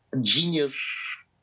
genius